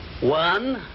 One